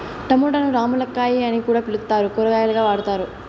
టమోటాను రామ్ములక్కాయ అని కూడా పిలుత్తారు, కూరగాయగా వాడతారు